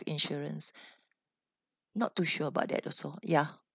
insurance not too sure about that also ya